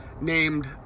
named